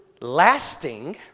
lasting